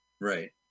Right